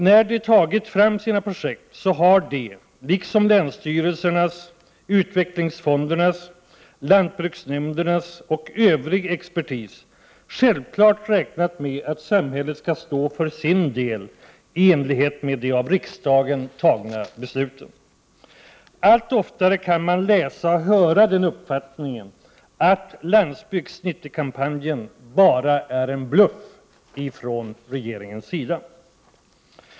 När de tagit fram sina projekt har de, liksom länsstyrelsernas, utvecklingsfondernas, lantbruksnämndernas expertis och övrig expertis, självklart räknat med att samhället skulle stå för sin del i enlighet med de av riksdagen fattade besluten. Allt oftare kan man läsa och höra uppfattningen att Landsbygd 90-kampanjen bara är en bluff från regeringen.